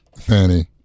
fanny